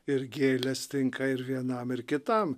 ir gėlės tinka ir vienam ir kitam